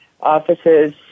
offices